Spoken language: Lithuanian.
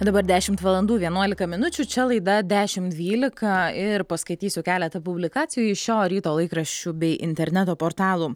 dabar dešimt valandų vienuolika minučių čia laida dešimt dvylika ir paskaitysiu keletą publikacijų iš šio ryto laikraščių bei interneto portalų